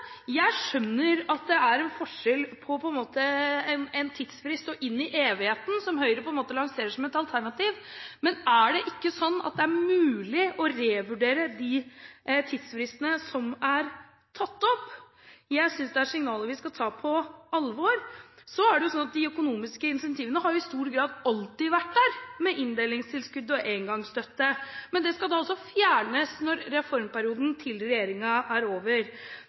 Jeg skjønner at det er forskjell på en tidsfrist og «inn i evigheten», som Høyre på en måte lanserer som et alternativ, men er det ikke mulig å revurdere de tidsfristene som er tatt opp? Jeg synes det er signaler vi skal ta på alvor. Så er det sånn at de økonomiske insentivene har i stor grad alltid vært der, med inndelingstilskudd og engangsstøtte, men de skal altså fjernes når reformperioden til regjeringen er over.